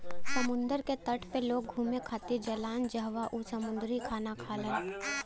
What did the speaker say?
समुंदर के तट पे लोग घुमे खातिर जालान जहवाँ उ समुंदरी खाना खालन